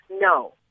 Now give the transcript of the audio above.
No